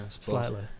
Slightly